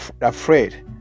afraid